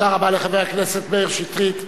תודה רבה לחבר הכנסת מאיר שטרית.